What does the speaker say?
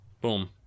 Boom